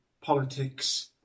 politics